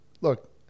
look